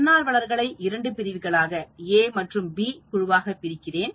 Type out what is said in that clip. தன்னார்வலர்களை இரண்டு பிரிவுகளாக A மற்றும் B குழுவாகபிடிக்கிறேன்